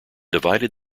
divided